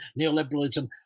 neoliberalism